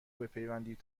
بپیوندید